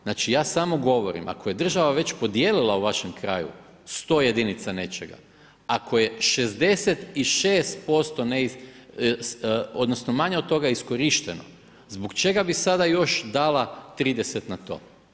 Znači, ja samo govorim, ako je država već podijelila u vašem kraju 100 jedinica nečega, ako je 66% odnosno, manje od toga neiskorišteno, zbog čega bi još dala 30 na to?